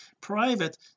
private